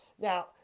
Now